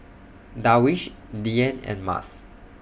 Darwish Dian and Mas